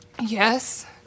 Yes